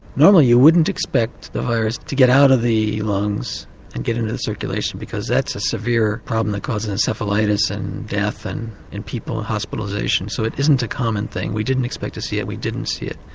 normally you wouldn't expect the virus to get out of the lungs and get into the circulation because that's a severe problem that causes encephalitis and death and in people, hospitalisation, so it isn't a common thing. we didn't expect to see it and we didn't see it.